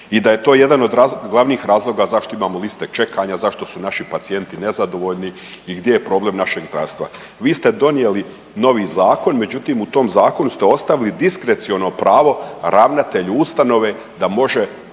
i da je to jedan od glavnih razloga zašto imamo liste čekanja, zašto su naši pacijenti nezadovoljni i gdje je problem našeg zdravstva. Vi ste donijeli novi zakon, međutim u tom zakonu ste ostavili diskreciono pravo ravnatelju ustanove da može